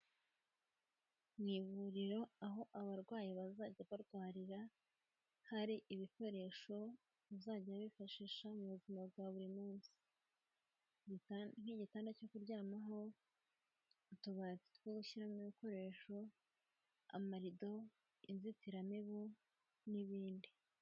Mu ivuriro aho abarwayi bazajya barwarira, hari ibikoresho uzajya wifashisha mu buzima bwa buri munsi nk'igitanda cyo kuryamaho, utubati two gushyiramo ibikoresho, amarido, inzitiramibu n'ibindi.